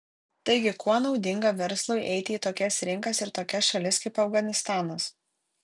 taigi kuo naudinga verslui eiti į tokias rinkas ir tokias šalis kaip afganistanas